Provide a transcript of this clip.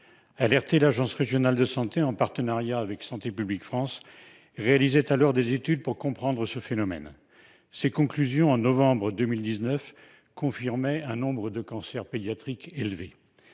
Alertée, l'agence régionale de santé (ARS), en partenariat avec Santé publique France, réalisait alors des études pour comprendre ce phénomène. Ses conclusions, au mois de novembre 2019, confirmaient un nombre de cancers pédiatriques élevé.